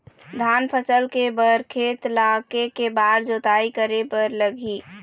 धान फसल के बर खेत ला के के बार जोताई करे बर लगही?